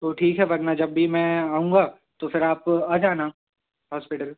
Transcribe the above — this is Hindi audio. तो ठीक है वरना जब भी मैं आऊँगा तो फिर आप आ जाना हॉस्पिटल